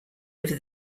over